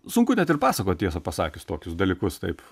sunku net ir pasakot tiesą pasakius tokius dalykus taip